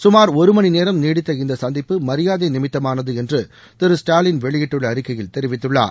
சுமார் ஒரு மணி நேரம் நீடித்த இந்த சந்திப்பு மரியாதை நிமித்தமானது என்று திரு ஸ்டாலின் வெளியிட்டுள்ள அறிக்கையில் தெரிவித்துள்ளார்